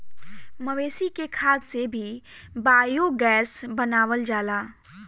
मवेशी के खाद से भी बायोगैस बनावल जाला